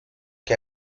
que